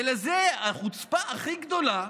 ולזה החוצפה הכי גדולה,